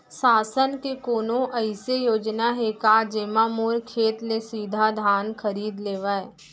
शासन के कोनो अइसे योजना हे का, जेमा मोर खेत ले सीधा धान खरीद लेवय?